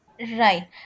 Right